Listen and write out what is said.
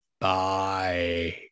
Bye